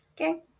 Okay